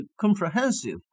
comprehensive